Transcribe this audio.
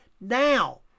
now